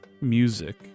music